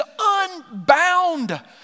unbound